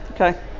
Okay